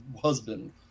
husband